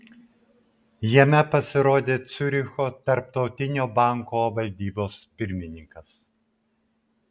jame pasirodė ciuricho tarptautinio banko valdybos pirmininkas